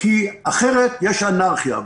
כי אחרת יש אנרכיה.